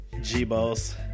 G-Balls